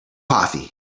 coffee